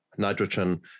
Nitrogen